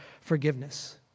forgiveness